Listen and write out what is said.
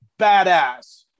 badass